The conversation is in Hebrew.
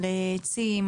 על עצים,